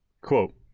Quote